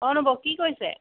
অ নবৌ কি কৰিছে